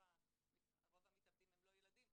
רוב המתאבדים הם לא ילדים,